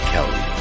Kelly